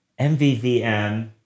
MVVM